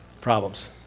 Problems